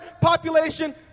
population